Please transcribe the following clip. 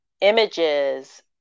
images